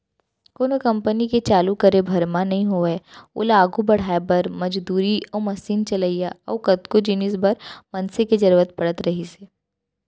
कोनो कंपनी के चालू करे भर म नइ होवय ओला आघू बड़हाय बर, मजदूरी अउ मसीन चलइया अउ कतको जिनिस बर मनसे के जरुरत पड़त रहिथे